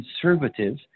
conservative